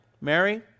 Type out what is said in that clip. Mary